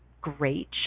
great